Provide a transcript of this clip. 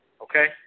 okay